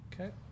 Okay